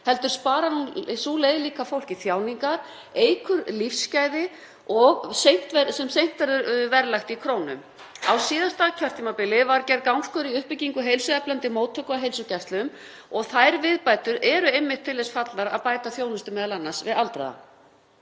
heldur sparar sú leið líka fólki þjáningar og eykur lífsgæði, sem seint verður verðlagt í krónum. Á síðasta kjörtímabili var gerð gangskör í uppbyggingu heilsueflandi móttöku á heilsugæslum og þær viðbætur eru einmitt til þess fallnar að bæta þjónustu, m.a. við aldraða.